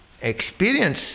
experience